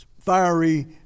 fiery